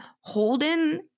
Holden